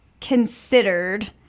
considered